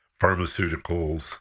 pharmaceuticals